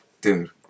dude